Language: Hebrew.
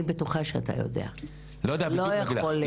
אני בטוחה שאתה יודע, לא יכול להיות.